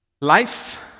Life